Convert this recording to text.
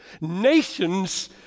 Nations